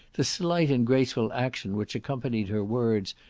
the slight and graceful action which accompanied her words,